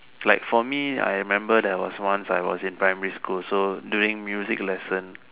like for me I remember there was once I was in primary school so during music lesson